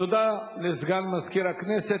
תודה לסגן מזכיר הכנסת.